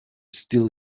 still